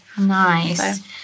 nice